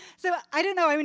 so i don't know, i mean